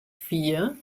vier